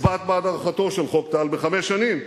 הצבעת בעד הארכתו של חוק טל בחמש שנים.